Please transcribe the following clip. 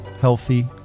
healthy